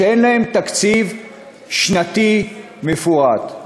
שאין לה תקציב שנתי מפורט,